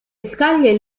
scaglie